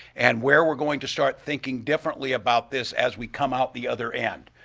and where we're going to start thinking differently about this as we come out the other end.